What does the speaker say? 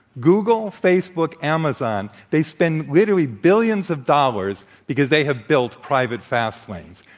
google, facebook, amazon, they spend literally billions of dollars because they have built private fast lanes.